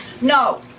No